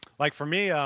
like, for me, ah